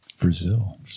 Brazil